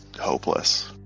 hopeless